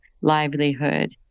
livelihood